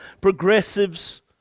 progressives